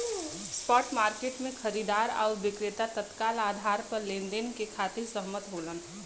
spot market में खरीदार आउर विक्रेता तत्काल आधार पर लेनदेन के खातिर सहमत होलन